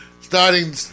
Starting